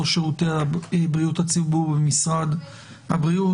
ראש שירותי בריאות הציבור במשרד הבריאות.